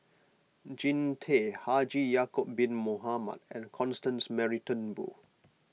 Jean Tay Haji Ya'Acob Bin Mohamed and Constance Mary Turnbull